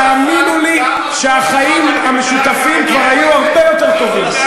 תאמינו לי שהחיים המשותפים כבר היו הרבה יותר טובים.